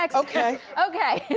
like okay. okay,